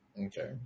Okay